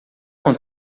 com